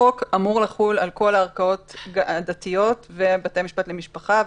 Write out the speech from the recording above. החוק אמור לחול על כל הערכאות הדתיות ובתי המשפט למשפחה,